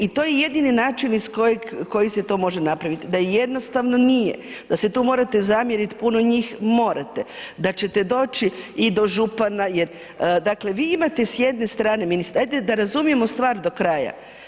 I to je jedini način iz kojeg, koji se to može napravit, da je jednostavno, nije, da se tu morate zamjerit puno njih, morate, da ćete doći i do župana jer, dakle, vi imate s jedne strane, ajde da razumijemo stvar do kraja.